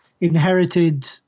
inherited